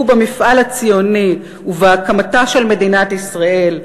במפעל הציוני ובהקמתה של מדינת ישראל,